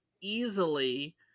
easily